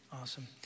Awesome